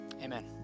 Amen